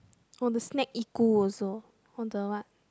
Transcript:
oh the snack also on the what